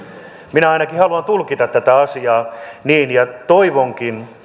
minä ainakin haluan tulkita tätä asiaa niin ja toivonkin